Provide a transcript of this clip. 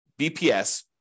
BPS